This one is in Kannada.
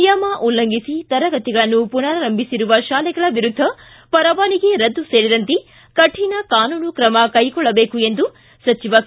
ನಿಯಮ ಉಲ್ಲಂಘಿಸಿ ತರಗತಿಗಳನ್ನು ಪುನರಾರಂಭಿಸಿರುವ ಶಾಲೆಗಳ ವಿರುದ್ಧ ಪರವಾನಗಿ ರದ್ದು ಸೇರಿದಂತೆ ಕಠಿಣ ಕಾನೂನು ಕ್ರಮ ಕೈಗೊಳ್ಳಬೇಕು ಎಂದು ಸಚಿವ ಕೆ